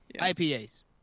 IPAs